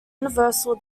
universal